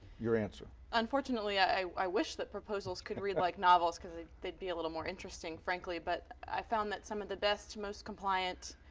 your answer? shelby unfortunately i wish that proposals could read like novels because they'd be a little more interesting, frankly. but i've found that some of the best, most compliant,